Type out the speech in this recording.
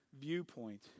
viewpoint